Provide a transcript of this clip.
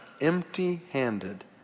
empty-handed